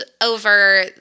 over